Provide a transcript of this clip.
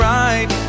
right